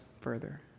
further